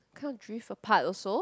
kind of drift apart also